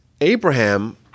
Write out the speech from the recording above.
Abraham